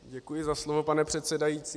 Děkuji za slovo, pane předsedající.